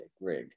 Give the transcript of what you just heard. rig